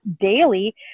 daily